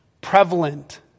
prevalent